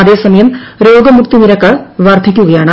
അതേസമയം രോഗമുക്തി നിരക്ക് വർദ്ധിക്കുകയാണ്